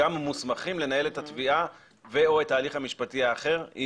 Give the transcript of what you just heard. מוסמכים לנהל את התביעה ו/או את ההליך המשפטי האחר.